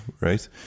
right